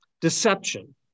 deception